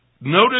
notice